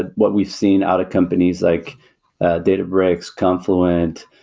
but what we've seen out of companies like databricks, confluent,